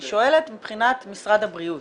אני שואלת מבחינת משרד הבריאות